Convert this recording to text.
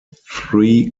three